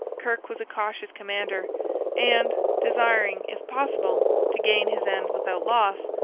kirke was a cautious commander and, desiring if possible to gain his end without loss,